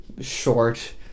short